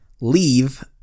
leave